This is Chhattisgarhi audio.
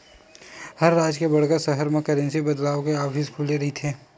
हर राज के बड़का सहर म करेंसी बदलवाय के ऑफिस खुले रहिथे